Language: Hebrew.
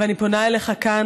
ואני פונה אליך כאן,